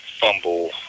fumble